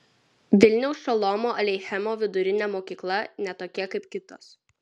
vilniaus šolomo aleichemo vidurinė mokykla ne tokia kaip kitos